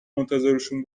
منتظرشون